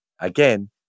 again